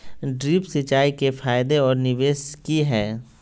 Drip सिंचाई के फायदे और निवेस कि हैय?